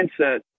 mindset